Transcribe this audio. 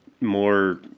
more